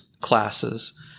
classes